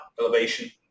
elevation